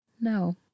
no